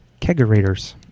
Keggerators